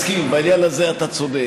אני מסכים, בעניין הזה אתה צודק.